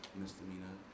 misdemeanor